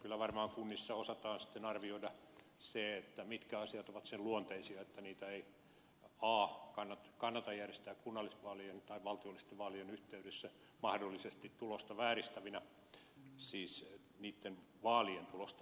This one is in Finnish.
kyllä varmaan kunnissa osataan sitten arvioida se mitkä asiat ovat sen luonteisia että niitä ei kannata järjestää kunnallisvaalien tai valtiollisten vaalien yhteydessä mahdollisesti tulosta vääristävinä siis vaalien tulosta vääristävinä